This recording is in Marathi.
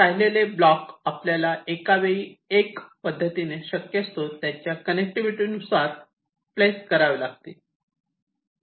इतर राहिलेले ब्लॉग आपल्याला एका वेळी एक या पद्धतीने शक्यतो त्यांच्या कनेक्टिव्हिटी नुसार प्लेस करावे लागतील